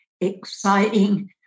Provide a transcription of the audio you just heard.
exciting